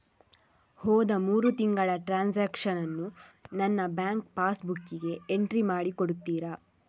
ಹೋದ ಮೂರು ತಿಂಗಳ ಟ್ರಾನ್ಸಾಕ್ಷನನ್ನು ನನ್ನ ಬ್ಯಾಂಕ್ ಪಾಸ್ ಬುಕ್ಕಿಗೆ ಎಂಟ್ರಿ ಮಾಡಿ ಕೊಡುತ್ತೀರಾ?